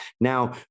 Now